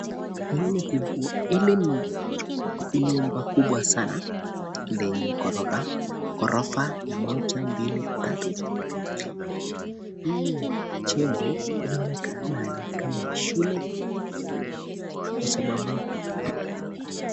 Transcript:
Hili ni nyumba kubwa sana lenye ghorofa, ghorofa moja, mbili ,tatu. Hili jengo inaonekana ni kama ni shule kwa sababu...